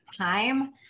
time